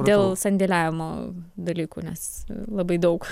dėl sandėliavimo dalykų nes labai daug